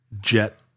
jet